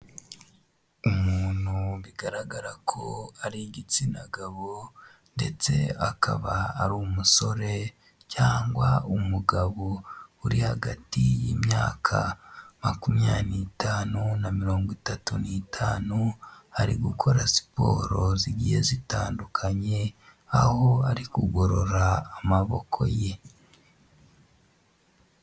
Umuntu bigaragara ko ari igitsina gabo ndetse akaba ari umusore cyangwa umugabo, uri hagati y'imyaka makumyabiri n'itanu na mirongo itatu n'itanu ari gukora siporo zigiye zitandukanye, aho ari kugorora amaboko ye.